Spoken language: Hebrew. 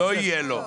לא תהיה לו.